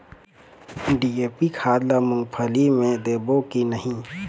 DAP खाद ला मुंगफली मे देबो की नहीं?